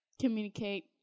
communicate